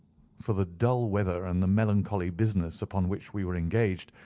for the dull weather and the melancholy business upon which we were engaged,